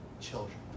children